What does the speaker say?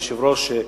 אדוני היושב-ראש,